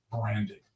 branding